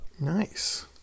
nice